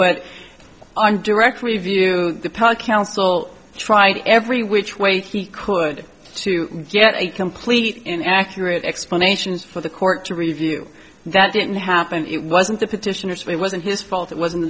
but i'm direct review pal counsel tried every which way he could to get a complete and accurate explanation is for the court to review that didn't happen it wasn't the petitioners it wasn't his fault it wasn't